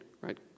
right